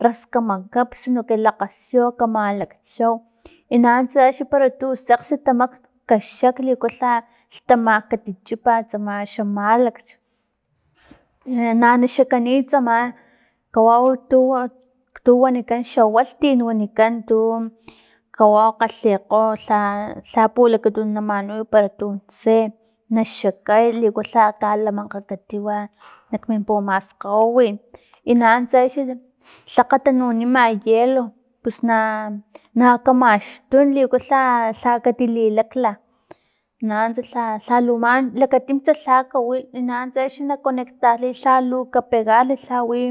Rras kamakap sino que lakgasiyu kamalakchau i nanuntsa axni para tu sekgsi tamakn kaxak liku lha lhtama kati chipa tsama xa malakch na naxakaniy tsama kawau tu- tu wanikan xa waltin wanikan, tu kawau kgalhikgo lha- lha pulakatunu manuy para tun tse na xakay liku lha kalamankga katiwa nak min pumaskgawiwin, i na nuntsa axni tlakga tanunima hielo pus na- na kamaxtun liku lhalh- lha katikilakla nanuntsa lha- lhalu man lakatimtsa lha kawil nanuntsa axni na conectarliy lhalu ka pegarli lha wi